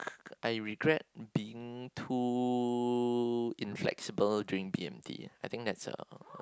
I regret being being too inflexible during B_M_T I think that's a